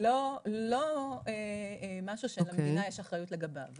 לא משהו שלמדינה יש אחריות לגביו.